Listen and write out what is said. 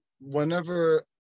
whenever